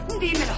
¡Dímelo